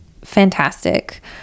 fantastic